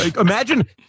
Imagine